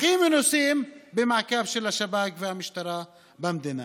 הכי מנוסים במעקב של השב"כ והמשטרה במדינה.